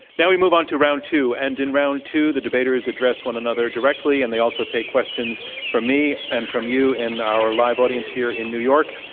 now we move on to round two. and in round two, the debaters address one another directly, and they also take questions from me and from you in our live audience here in new york.